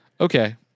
Okay